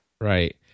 Right